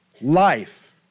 life